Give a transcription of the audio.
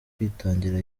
kwitangira